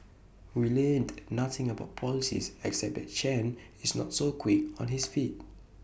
we learnt nothing about policies except that Chen is not so quick on his feet